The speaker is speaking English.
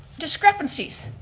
discrepancies.